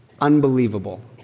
unbelievable